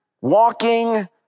Walking